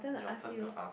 your turn to ask